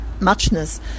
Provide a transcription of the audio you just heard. muchness